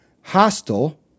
hostile